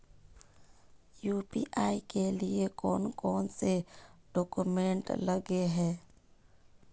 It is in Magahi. यु.पी.आई के लिए कौन कौन से डॉक्यूमेंट लगे है?